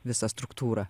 visą struktūrą